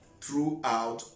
throughout